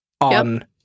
On